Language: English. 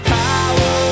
power